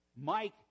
Mike